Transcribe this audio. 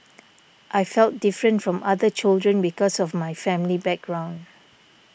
I felt different from other children because of my family background